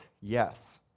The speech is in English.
Yes